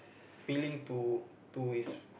feeling to to his